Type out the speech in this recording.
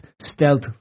stealth